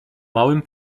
małym